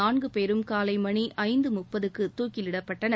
நான்கு பேரும் காலை மணி ஐந்து முப்பதுக்கு தூக்கிலிடப்பட்டனர்